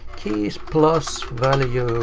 keys plus values